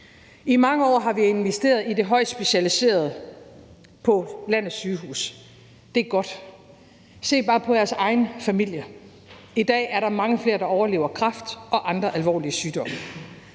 I mange år har vi investeret i den højt specialiserede behandling pålandets sygehuse. Det er godt. Se bare på jeres egne familier. I dag er der mange flere, der overlever kræft og andre alvorlige sygdomme.